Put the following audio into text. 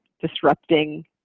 disrupting